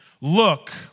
look